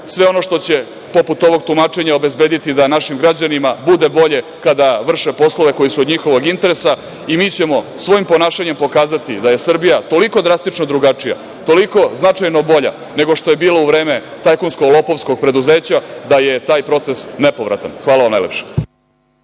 sve ono što će ono poput ovog tumačenja obezbedi da našim građanima bude bolje kada vrše poslove koji su od njihovog interesa. Mi ćemo svojim ponašanjem pokazati da je Srbija toliko drastično drugačija, toliko značajno bolja nego što je bila u vreme tajkunskog-lopovskog preduzeća da je proces nepovratan. Hvala vam najlepše.